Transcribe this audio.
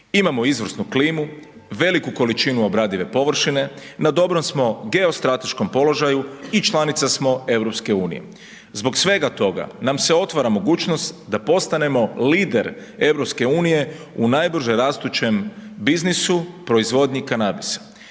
Imamo izvrsnu klimu, veliki količinu obradive površine, na dobrom smo geostrateškom položaju i članica smo EU. Zbog svega toga nam se otvara mogućnost da postanemo lider EU u najbrže rastućem biznisu proizvodnji kanabisa.